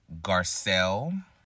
Garcelle